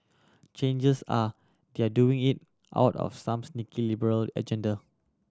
changes are they are doing it out of some sneaky liberal agenda